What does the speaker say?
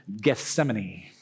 Gethsemane